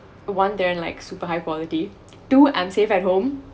one there're in like super high quality dude I'm safe at home